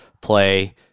play